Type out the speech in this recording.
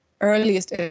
earliest